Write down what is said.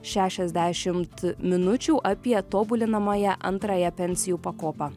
šešiasdešimt minučių apie tobulinamąją antrąją pensijų pakopą